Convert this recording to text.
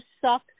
suck